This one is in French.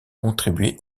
contribué